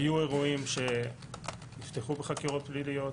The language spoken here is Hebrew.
היו אירועים שנפתחו בחקירות פליליות,